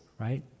right